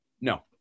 no